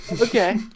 Okay